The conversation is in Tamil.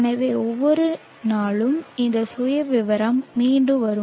எனவே ஒவ்வொரு நாளும் இந்த சுயவிவரம் மீண்டும் வரும்